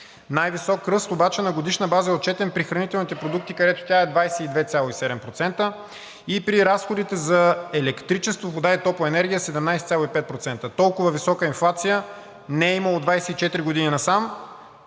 Най-висок ръст обаче на годишна база е отчетен при хранителните продукти, където тя е 22,7%, при разходите за електричество, вода и топлоенергия – 17,5%. Толкова висока инфлация не е имало от 24 години насам